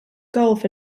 golf